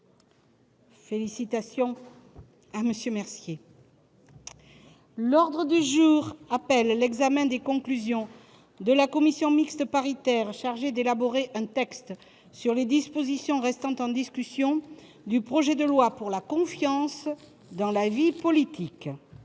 félicitations à M. Mercier. L'ordre du jour appelle l'examen des conclusions de la commission mixte paritaire chargée d'élaborer un texte sur les dispositions restant en discussion du projet de loi pour la confiance dans la vie politique